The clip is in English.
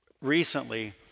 Recently